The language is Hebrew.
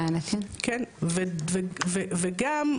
וגם,